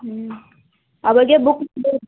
ಹ್ಞೂ ಅವಾಗೆ ಬುಕ್